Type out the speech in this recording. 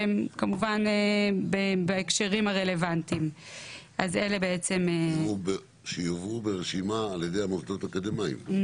כמובן בהקשרים הרלוונטיים שיובאו ברשימה על ידי המוסדות האקדמיים,